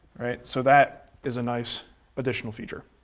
right? so that is a nice additional feature.